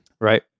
Right